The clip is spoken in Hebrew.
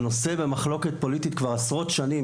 זה נושא במחלוקת פוליטית כבר עשרות שנים,